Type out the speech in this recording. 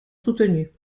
soutenues